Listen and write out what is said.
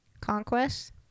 Conquest